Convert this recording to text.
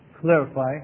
clarify